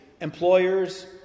Employers